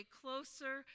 closer